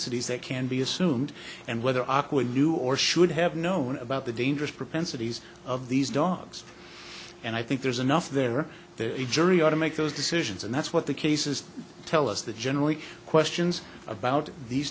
sities that can be assumed and whether aqua knew or should have known about the dangerous propensities of these dogs and i think there's enough there the jury ought to make those decisions and that's what the cases tell us that generally questions about these